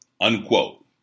Unquote